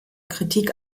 kritik